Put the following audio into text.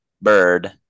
bird